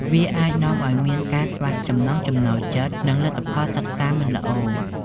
វាអាចនាំឲ្យមានការខ្វះចំណង់ចំណូលចិត្ត និងលទ្ធផលសិក្សាមិនល្អ។